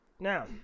Now